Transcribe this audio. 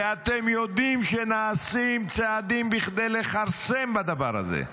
ואתם יודעים שנעשים צעדים כדי לכרסם בדבר הזה,